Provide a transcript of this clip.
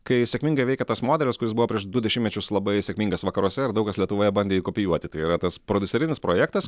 kai sėkmingai veikia tas modelis kuris buvo prieš du dešimtmečius labai sėkmingas vakaruose ir daug kas lietuvoje bandė jį kopijuoti tai yra tas prodiuserinis projektas